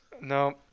No